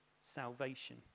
salvation